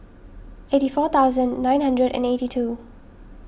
eighty four thousand nine hundred and eighty two